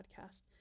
Podcast